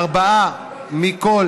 ארבעה מכל